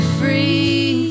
free